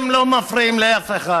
הם לא מפריעים לאף אחד,